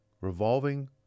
Revolving